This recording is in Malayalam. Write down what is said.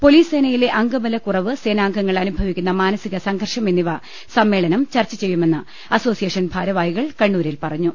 പോലീസ് സേനയിലെ അംഗബല കുറവ് സേനാംഗങ്ങൾ അനുഭവിക്കുന്ന മാനസിക സംഘർഷം എന്നിവ സമ്മേളനം ചർച്ച ചെയ്യുമെന്ന് അസോസിയേഷൻ ഭാരവാഹികൾ കണ്ണൂരിൽ പറഞ്ഞു